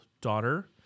daughter